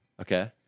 Okay